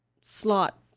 slot